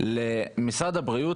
למשרד הבריאות,